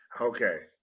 Okay